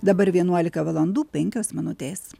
dabar vienuolika valandų penkios minutės